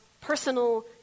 personal